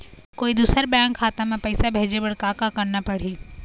कोई दूसर बैंक खाता म पैसा भेजे बर का का करना पड़ही?